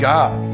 God